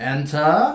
Enter